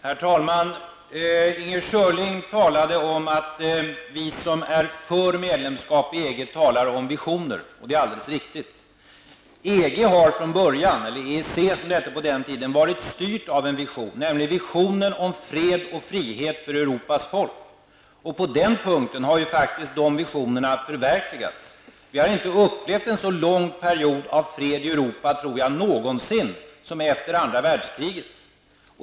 Herr talman! Inger Schörling sade att de som är för medlemskap i EG talar om visioner, och det är alldeles riktigt. EG har från början -- EEC som det hette på den tiden -- varit styrt av en vision, nämligen visionen om fred och frihet för Europas folk. På den punkten har faktiskt visionen förverkligats. Vi har inte någonsin upplevt en så lång period av fred i Europa, tror jag, som efter andra världskriget.